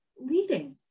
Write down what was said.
leading